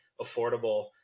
affordable